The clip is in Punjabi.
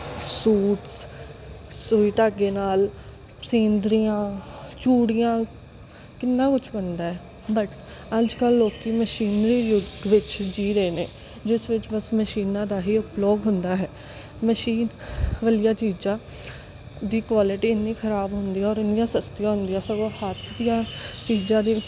ਸੂਟਸ ਸੂਈ ਧਾਗੇ ਨਾਲ ਸੀਨਰੀਆਂ ਚੂੜੀਆਂ ਕਿੰਨਾ ਕੁਛ ਬਣਦਾ ਬਟ ਅੱਜ ਕੱਲ੍ਹ ਲੋਕ ਮਸ਼ੀਨਰੀ ਯੁੱਗ ਵਿੱਚ ਜੀ ਰਹੇ ਨੇ ਜਿਸ ਵਿੱਚ ਬਸ ਮਸ਼ੀਨਾਂ ਦਾ ਹੀ ਉਪਯੋਗ ਹੁੰਦਾ ਹੈ ਮਸ਼ੀਨ ਵਾਲੀਆ ਚੀਜ਼ਾਂ ਦੀ ਕੁਆਲਿਟੀ ਇੰਨੀ ਖਰਾਬ ਹੁੰਦੀ ਔਰ ਇੰਨੀਆਂ ਸਸਤੀਆਂ ਹੁੰਦੀਆਂ ਸਗੋਂ ਹੱਥ ਦੀਆਂ ਚੀਜ਼ਾਂ ਦੇ